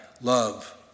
Love